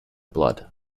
blood